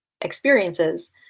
experiences